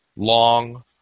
Long